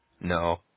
No